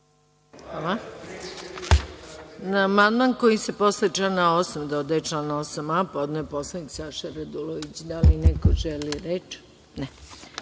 Hvala.